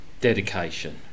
dedication